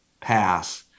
pass